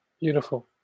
Beautiful